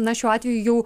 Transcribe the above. na šiuo atveju jau